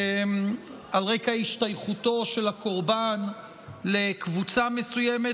על רקע השתייכותו של הקורבן לקבוצה מסוימת,